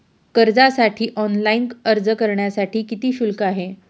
कर्जासाठी ऑनलाइन अर्ज करण्यासाठी किती शुल्क आहे?